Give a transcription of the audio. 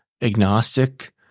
agnostic